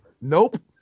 Nope